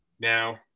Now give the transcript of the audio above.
Now